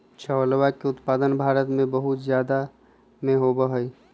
चावलवा के उत्पादन भारत में बहुत जादा में होबा हई